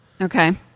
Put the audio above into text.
Okay